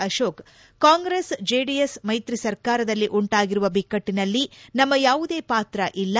Ashok Congress JDS ಮೈತ್ರಿಸರ್ಕಾರದಲ್ಲಿ ಉಂಟಾಗಿರುವ ಬಿಕ್ಟ್ವನಲ್ಲಿ ನಮ್ಮ ಯಾವುದೇ ಪಾತ್ರ ಇಲ್ಲ